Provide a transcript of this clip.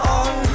on